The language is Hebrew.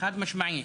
חד משמעית.